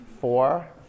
four